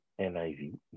NIV